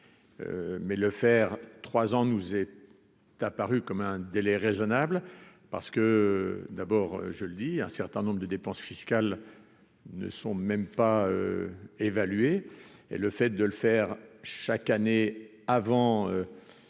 mais le faire trois ans nous est apparu comme un délai raisonnable, parce que d'abord, je le dis, un certain nombre de dépenses fiscales ne sont même pas évaluer et le fait de le faire chaque année avant